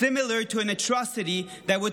similar to an atrocity that would